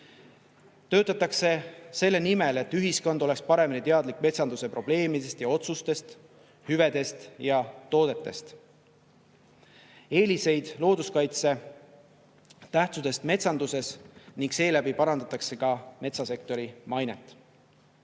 Töötatakse selle nimel, et ühiskond oleks paremini teadlik metsanduse probleemidest ja otsustest, hüvedest ja toodetest, looduskaitse rollist metsanduses, ning seeläbi parandatakse ka metsasektori